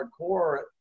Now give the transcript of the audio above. hardcore